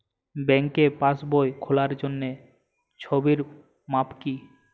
ব্যাঙ্কে পাসবই খোলার জন্য ছবির মাপ কী?